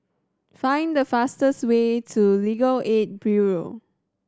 find the fastest way to Legal Aid Bureau